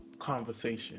conversation